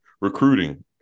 recruiting